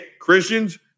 Christians